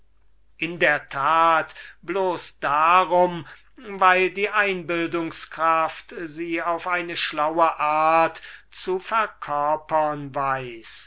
in der tat bloß darum weil ihre einbildungskraft sie auf eine schlaue art zu verkörpern weiß